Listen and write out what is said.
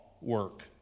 work